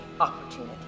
opportunity